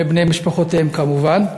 ואת בני המשפחות, כמובן.